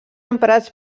emprats